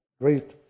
Great